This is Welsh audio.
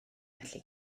allu